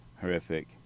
horrific